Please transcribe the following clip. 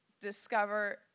discover